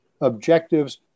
objectives